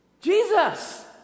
Jesus